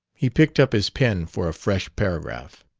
he picked up his pen for a fresh paragraph.